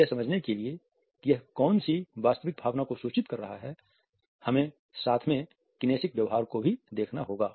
यह समझने के लिए कि यह कौन सी वास्तविक भावना को सूचित कर रहा है हमें साथ में किनेसिक व्यवहार को देखना होगा